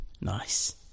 Nice